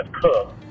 cook